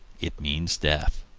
it means death.